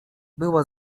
była